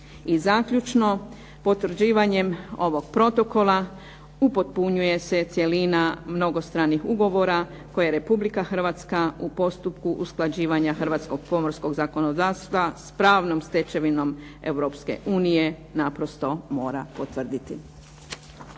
I zaključno, potvrđivanjem ovog protokola upotpunjuje se cjelina mnogostranih ugovora koje je Republika Hrvatska u postupku usklađivanja hrvatskog pomorskog zakonodavstva s pravnom stečevinom Europske unije, naprosto mora potvrditi.